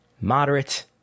moderate